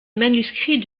manuscrits